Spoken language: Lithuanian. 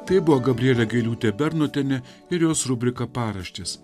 tai buvo gabrielė gailiūtė bernotienė ir jos rubrika paraštės